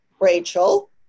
Rachel